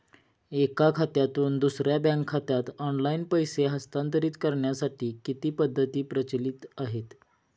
एका खात्यातून दुसऱ्या बँक खात्यात ऑनलाइन पैसे हस्तांतरित करण्यासाठी किती पद्धती प्रचलित आहेत?